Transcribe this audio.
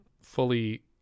fully